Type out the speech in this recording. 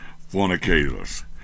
fornicators